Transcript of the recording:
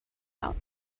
out